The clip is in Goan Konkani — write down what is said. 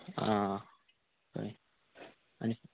आं कळ्ळें आनी